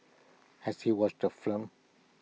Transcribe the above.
has he watched the film